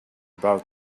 about